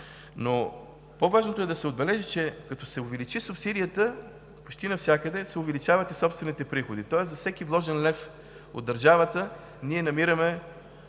По-важното е да се отбележи, че като се увеличи субсидията, почти навсякъде се увеличават и собствените приходи. Тоест за всеки вложен лев от държавата ние намираме